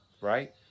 right